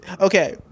okay